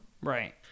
Right